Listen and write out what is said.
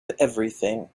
everything